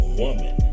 woman